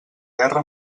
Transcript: guerra